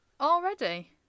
Already